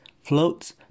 floats